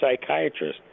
psychiatrist